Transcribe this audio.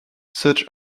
such